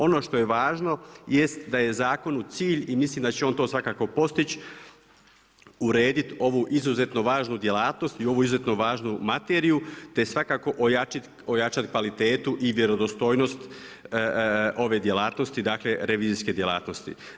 Ono što je važno jest da je zakonu cilj i mislim da će on to svakako postići urediti ovu izuzetnu važnu djelatnost i ovu izuzetno važnu materiju te svakako ojačati kvalitetu i vjerodostojnost ove djelatnosti, dakle revizijske djelatnosti.